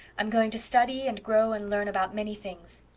i'm going to study and grow and learn about many things.